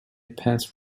passed